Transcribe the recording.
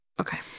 Okay